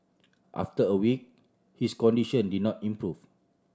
after a week his condition did not improve